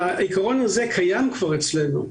העיקרון הזה כבר קיים אצלנו.